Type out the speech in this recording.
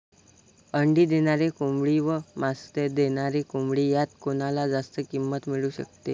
अंडी देणारी कोंबडी व मांस देणारी कोंबडी यात कोणाला जास्त किंमत मिळू शकते?